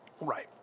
Right